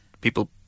people